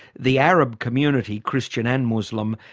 the arab community, christian and muslim,